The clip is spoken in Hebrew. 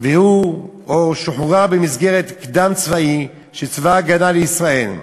והוא שוחר במסגרת קדם-צבאית של צבא הגנה לישראל,